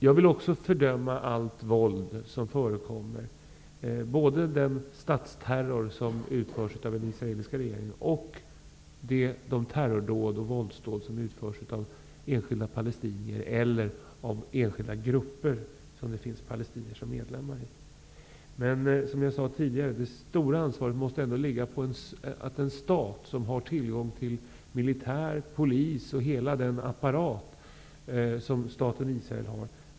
Jag vill också fördöma allt våld som förekommer, både den statsterror som utförs av den israeliska regeringen och de terrordåd och våldsdåd som utförs av enskilda palestinier eller enskilda grupper som har palestinier som medlemmar. Men, som jag sade tidigare, det stora ansvaret måste ändå ligga på den stat som har tillgång till militär, polis och hela den apparaten, som staten Israel har.